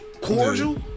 cordial